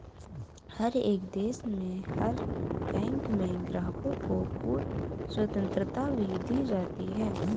हर एक देश में हर बैंक में ग्राहकों को पूर्ण स्वतन्त्रता भी दी जाती है